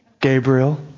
Gabriel